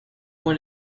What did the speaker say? want